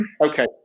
Okay